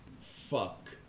fuck